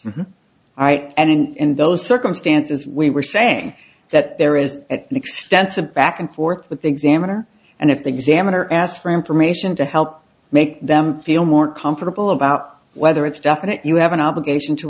circumstances we were saying that there is at an extensive back and forth with the examiner and if the examiner asked for information to help make them feel more comfortable about whether it's definite you have an obligation to